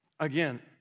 Again